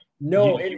No